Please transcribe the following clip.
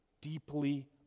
deeply